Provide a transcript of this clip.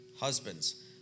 Husbands